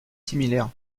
similaire